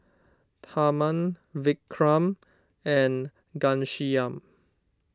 Tharman Vikram and Ghanshyam